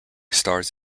stars